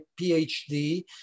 PhD